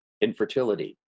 infertility